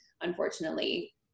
unfortunately